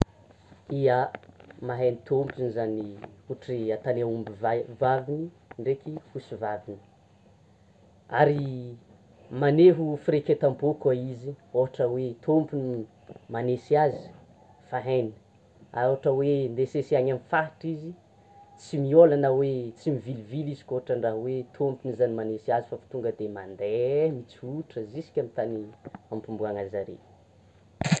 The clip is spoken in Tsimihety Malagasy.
Ia! Mahay tômpony zany ohatra ataon'ny aombivaviny ndreky osivaviny, ary maneho firaiketam-po koa izy, ohatra hoe tompony manesy azy! Efa hainy, ohatra hoe andeha asesy any amin'ny faritra izy, tsy miôla na hoe tsy mivilivily izy koa ohatra ndra hoe tompony zany manesy azy fa tonga dia mandeha mitsotra jusqu'amin'ny tany ampimboana zare.